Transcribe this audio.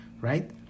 right